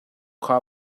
kha